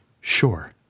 Sure